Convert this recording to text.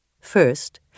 First